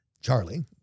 Charlie